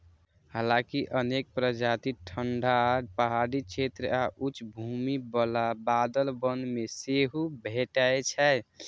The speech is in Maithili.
हालांकि अनेक प्रजाति ठंढा पहाड़ी क्षेत्र आ उच्च भूमि बला बादल वन मे सेहो भेटै छै